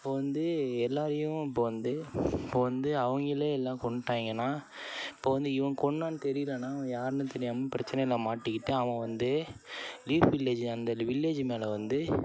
இப்போ வந்து எல்லாேரையும் இப்போ வந்து இப்போ வந்து அவங்களே எல்லாம் கொன்னுவிட்டாங்கன்னா இப்போ வந்து இவன் கொன்னான்னு தெரியலைன்னா அவன் யாருனு தெரியாமல் பிரச்சினைல மாட்டிக்கிட்டு அவன் வந்து லீப் வில்லேஜ் அந்த வில்லேஜ் மேலே வந்து